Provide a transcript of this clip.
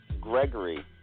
Gregory